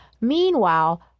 Meanwhile